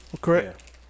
correct